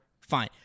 fine